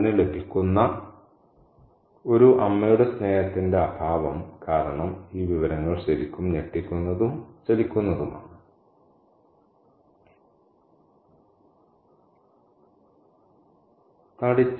അമ്മുവിന് ലഭിക്കുന്ന ഒരു അമ്മയുടെ സ്നേഹത്തിന്റെ അഭാവം കാരണം ഈ വിവരങ്ങൾ ശരിക്കും ഞെട്ടിക്കുന്നതും ചലിക്കുന്നതുമാണ്